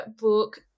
book